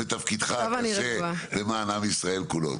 בתפקידך הקשה למען עם ישראל כולו.